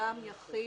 אדם יחיד,